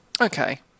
okay